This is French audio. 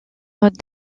mode